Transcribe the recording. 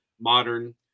modern